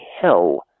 hell